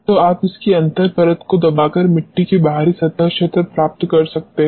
तो आप इसकी अंतर परत को दबाकर मिट्टी की बाहरी सतह क्षेत्र प्राप्त कर सकते हैं